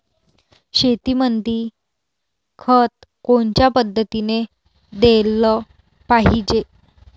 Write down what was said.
शेतीमंदी खत कोनच्या पद्धतीने देलं पाहिजे?